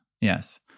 yes